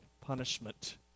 punishment